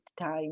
time